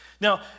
Now